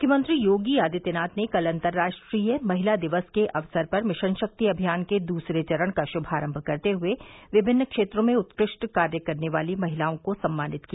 मुख्यमंत्री योगी आदित्यनाथ ने कल अन्तर्राष्ट्रीय महिला दिवस के अवसर पर मिशन शक्ति अभियान के दूसरे चरण का श्मारम्भ करते हुए विमिन्न क्षेत्रों में उत्कृष्ट कार्य करने वाली महिलाओं को सम्मानित किया